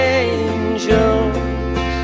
angels